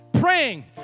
praying